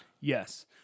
Yes